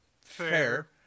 fair